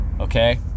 okay